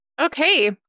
Okay